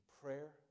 prayer